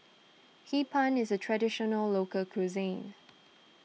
Hee Pan is a Traditional Local Cuisine